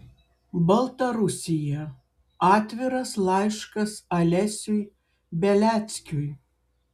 baltarusija atviras laiškas alesiui beliackiui